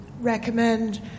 recommend